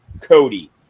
Cody